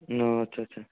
ও আচ্ছা আচ্ছা